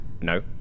No